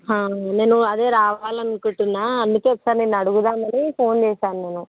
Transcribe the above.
నేను అదే రావాలి అనుకుంటున్నాను అందుకే ఒకసారి నిన్ను అడుగుదాం అని ఫోన్ చేశాను నేను